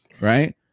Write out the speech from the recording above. right